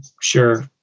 sure